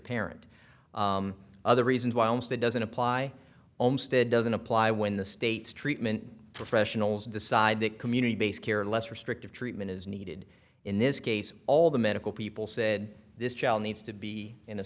parent other reasons whilst it doesn't apply almost it doesn't apply when the state's treatment professionals decide that community based care less restrictive treatment is needed in this case all the medical people said this child needs to be in a